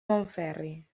montferri